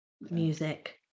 music